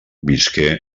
visqué